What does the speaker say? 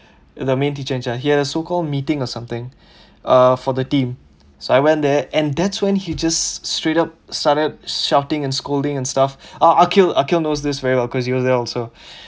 the main teacher in charge he had a so called meeting or something uh for the team so I went there and that's when he just straight up started shouting and scolding and stuff arkil arkil knows this very well because he was there also